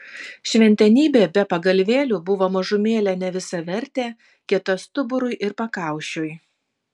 šventenybė be pagalvėlių buvo mažumėlę nevisavertė kieta stuburui ir pakaušiui